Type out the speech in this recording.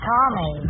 Tommy